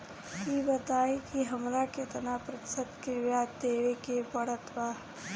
ई बताई की हमरा केतना प्रतिशत के ब्याज देवे के पड़त बा?